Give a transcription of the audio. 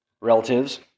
relatives